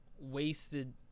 wasted